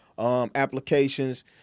Applications